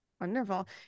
Wonderful